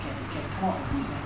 can can come out from this meh